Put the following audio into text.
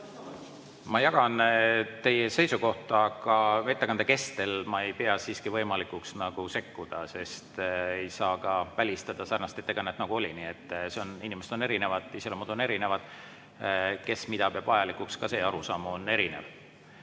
Ma jagan teie seisukohta, aga ettekande kestel ma ei pea siiski võimalikuks sekkuda, sest ei saa ka välistada sarnast ettekannet, nagu oli. Inimesed on erinevad, iseloomud on erinevad, kes mida peab vajalikuks, ka see arusaam on erinev.